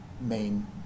main